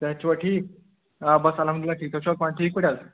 صحت چھُوا ٹھیٖک آ بَس الحمدُاللہ ٹھیٖک تُہۍ چھُوا پانہٕ ٹھیٖک پٲٹھۍ حظ